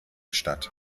statt